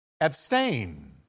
abstain